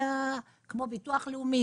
כמו ביטוח לאומי,